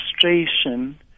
frustration